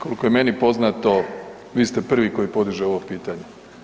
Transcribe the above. Koliko je meni poznato, vi ste prvi koji podiže ovo pitanje.